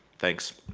thanks.